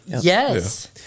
Yes